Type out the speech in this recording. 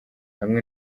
hamwe